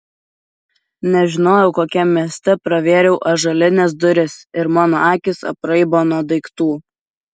nežinojau kokiam mieste pravėriau ąžuolines duris ir mano akys apraibo nuo daiktų